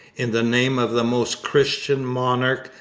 in the name of the most christian monarch,